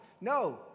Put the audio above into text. No